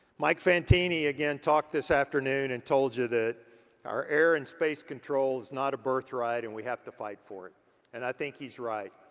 mike fantini again, talked this afternoon and told you that our air and space control is not a birth right and we have to fight for it and i think he's right.